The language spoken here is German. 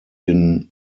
den